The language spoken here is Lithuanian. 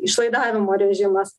išlaidavimo režimas